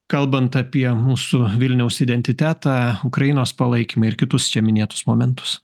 kalbant apie mūsų vilniaus identitetą ukrainos palaikymą ir kitus čia minėtus momentus